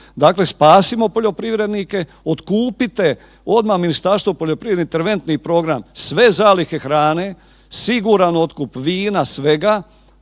Dakle, spasimo poljoprivrednike, otkupite odmah Ministarstvo poljoprivrede interventni program sve zalihe hrane, siguran otkup vina, svega